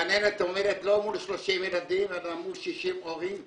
גננת עומדת לא מול 30 ילדים, אלא מול 60 הורים.